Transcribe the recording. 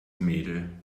mädel